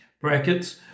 brackets